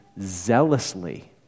zealously